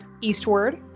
eastward